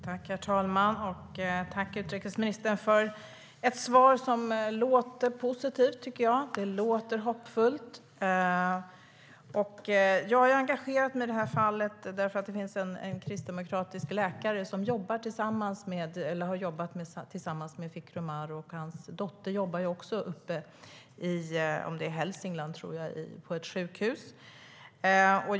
Herr talman! Jag vill tacka utrikesministern för ett svar som låter positivt. Det låter hoppfullt. Jag har engagerat mig i det här fallet eftersom en kristdemokratisk läkare har jobbat tillsammans med Fikru Maru. Hans dotter jobbar också på ett sjukhus, i Hälsingland tror jag att det är.